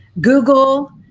Google